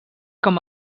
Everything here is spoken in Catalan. com